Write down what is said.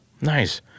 Nice